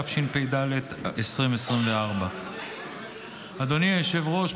התשפ"ד 2024. אדוני היושב-ראש,